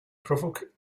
provoke